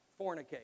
fornicate